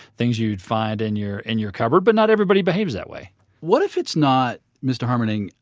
things you'd find in your in your cupboard but not everybody behaves that way what if it's not, mr. harmening,